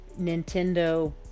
Nintendo